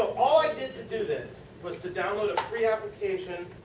all i did to do this was to download a free application.